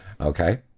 Okay